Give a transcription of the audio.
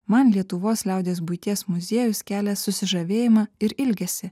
man lietuvos liaudies buities muziejus kelia susižavėjimą ir ilgesį